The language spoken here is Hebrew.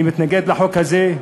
אני מתנגד לחוק הזה.